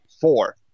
four